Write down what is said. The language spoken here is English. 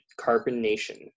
carbonation